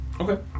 Okay